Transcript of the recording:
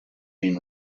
been